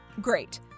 Great